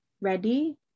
ready